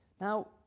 now